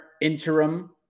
interim